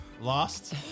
lost